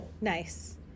Nice